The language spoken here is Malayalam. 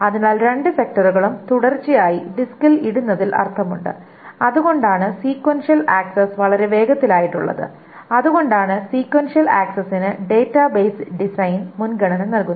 അതിനാൽ രണ്ട് സെക്ടറുകളും തുടർച്ചയായി ഡിസ്കിൽ ഇടുന്നതിൽ അർത്ഥമുണ്ട് അതുകൊണ്ടാണ് സീക്വെൻഷ്യൽ ആക്സസ് വളരെ വേഗത്തിലായിട്ടുള്ളത് അതുകൊണ്ടാണ് സീക്വെൻഷ്യൽ ആക്സസിനു ഡാറ്റാബേസ് ഡിസൈൻ മുൻഗണന നൽകുന്നത്